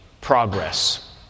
progress